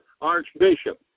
archbishop